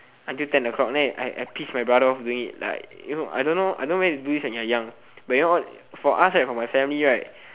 until ten o-clock then I I pissed my brother off doing it like you know I don't know I don't know whether you do this when you're young when your all for us right for my family right